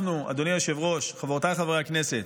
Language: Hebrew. אנחנו, אדוני היושב-ראש, חברותיי חברי הכנסת,